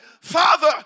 Father